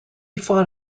fought